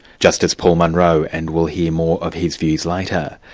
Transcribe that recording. justice paul munro, and we'll hear more of his views later.